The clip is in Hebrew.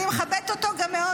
אני גם מכבדת אותו מאוד.